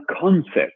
concept